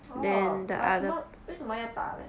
orh 什么为什么要打 leh